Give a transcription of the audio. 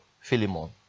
Philemon